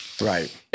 right